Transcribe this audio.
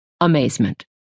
amazement